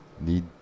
need